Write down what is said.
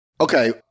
Okay